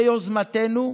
ביוזמתנו,